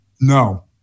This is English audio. No